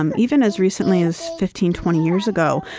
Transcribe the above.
um even as recently as fifteen, twenty years ago,